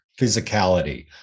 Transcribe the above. physicality